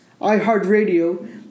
iHeartRadio